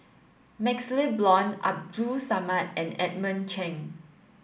MaxLe Blond Abdul Samad and Edmund Cheng